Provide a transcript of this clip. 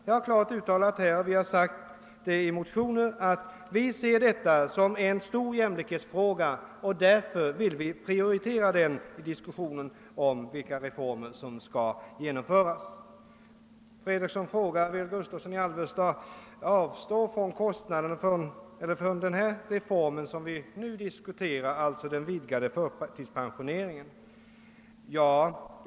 Jag har klart uttalat, och vi har också sagt det i motionen, att vi ser detta som en stor jämlikhetsfråga, och därför vill vi prioritera den i diskussionen om vilka reformer som skall genomföras. Herr Fredriksson frågade om jag ville avstå från den vidgade förtidspensioneringen till förmån för en allmän sänkning av pensionsåldern.